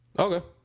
Okay